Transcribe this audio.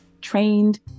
trained